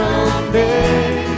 Someday